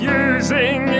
using